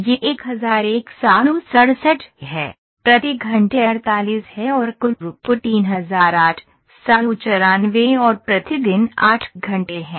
यह 1167 है प्रति घंटे 48 है और कुल थ्रूपुट 3894 और प्रतिदिन 8 घंटे है